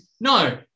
No